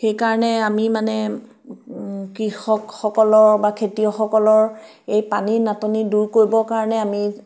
সেইকাৰণে আমি মানে কৃষকসকলৰ বা খেতিয়কসকলৰ এই পানীৰ নাটনি দূৰ কৰিবৰ কাৰণে আমি